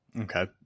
Okay